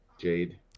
Jade